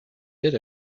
did